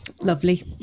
Lovely